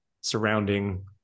surrounding